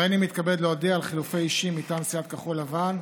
הריני מתכבד להודיע על חילופי אישים מטעם סיעת כחול לבן: